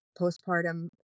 postpartum